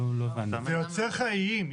זה יוצר לך איים.